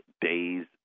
days